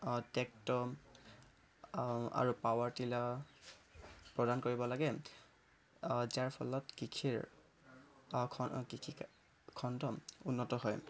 অ' tractor আৰু power tiller প্ৰদান কৰিব লাগে যাৰ ফলাত কৃষিৰ খ কৃষিক খণ্ড উন্নত হয়